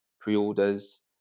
pre-orders